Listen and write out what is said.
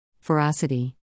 Ferocity